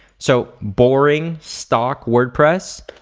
so boring stock wordpress.